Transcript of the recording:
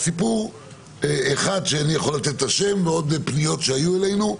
סיפור אחד שאני יכול לתת את השם ועוד פניות שהיו אלינו,